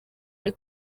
ari